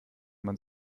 man